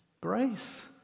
grace